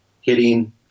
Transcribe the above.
hitting